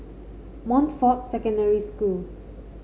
Montfort Secondary School